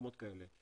מקומות כאלה.